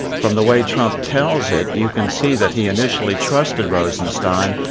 from the way trump tells it, you can see that he initially trusted rosenstein,